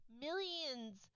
millions